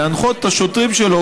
להנחות את השוטרים שלו,